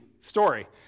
story